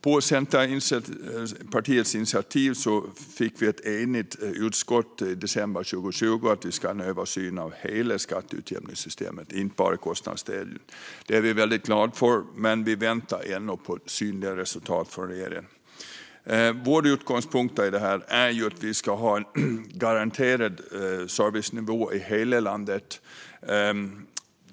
På Centerpartiets initiativ enades utskottet i december 2020 om att det ska göras en översyn av hela skatteutjämningssystemet, inte bara kostnadsdelen. Detta är vi väldigt glada för, men vi väntar ännu på synliga resultat från regeringens sida. Våra utgångspunkter i detta är att vi ska ha en garanterad servicenivå i hela landet.